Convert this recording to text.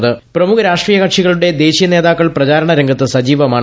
പ്രമുഖ രാഷ്ട്രീയ കക്ഷികളുടെ ദേശീയ നേതാക്കൾ പ്രചാരണ രംഗത്ത് സജീവമാണ്